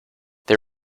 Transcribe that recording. they